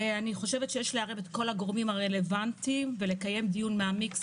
יש לערב את כל הגורמים הרלוונטיים ולקיים דיון מעמק,